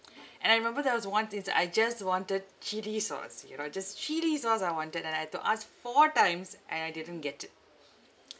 and I remember there was once is I just wanted chili sauce you know just chili sauce I wanted and I had to ask four times and I didn't get it